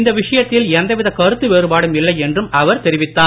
இந்த விஷயத்தில் எந்தவித கருத்து வேறுபாடும் இல்லை என்றும் அவர் தெரிவித்தார்